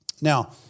Now